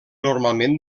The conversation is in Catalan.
normalment